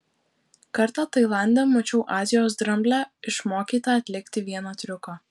kartą tailande mačiau azijos dramblę išmokytą atlikti vieną triuką